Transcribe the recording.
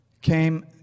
came